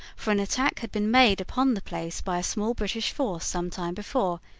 for an attack had been made upon the place by a small british force some time before,